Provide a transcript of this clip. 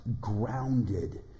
grounded